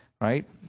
right